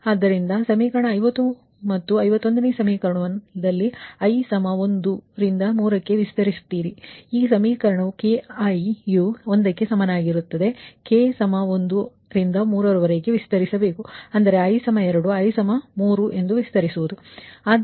ಆದ್ದರಿಂದ ಆ ಸಮೀಕರಣ 50 ಮತ್ತು ನಿಮ್ಮ 51ನೇ ಸಮೀಕರಣವನ್ನು ನೀವು i 1 ರಿಂದ 3 ಕ್ಕೆ ವಿಸ್ತರಿಸುತ್ತೀರಿ ಅಂದರೆ ಈ ಸಮೀಕರಣ kಯು 1 ಕ್ಕೆ ಸಮನಾಗಿರುತ್ತದೆ k 1 ರಿಂದ 3 ರವರೆಗೆ ವಿಸ್ತರಿಸುತ್ತೀರಿ ಅಂದರೆ i 2 i 3 ವಿಸ್ತರಿಸುತ್ತೀರಿ